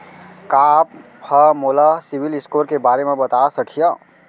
का आप हा मोला सिविल स्कोर के बारे मा बता सकिहा?